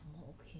oh okay lah